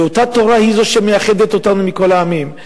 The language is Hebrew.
ואותה תורה היא זו שמייחדת אותנו מכל העמים.